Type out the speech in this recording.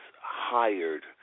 hired